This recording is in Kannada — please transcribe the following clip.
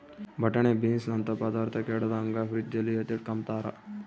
ಬಟಾಣೆ ಬೀನ್ಸನಂತ ಪದಾರ್ಥ ಕೆಡದಂಗೆ ಫ್ರಿಡ್ಜಲ್ಲಿ ಎತ್ತಿಟ್ಕಂಬ್ತಾರ